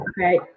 Okay